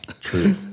True